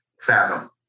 fathom